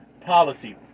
policy